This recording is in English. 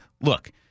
look